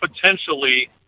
potentially